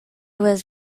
was